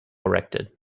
erected